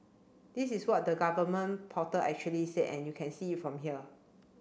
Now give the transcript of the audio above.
this is what the government portal actually said and you can see it from here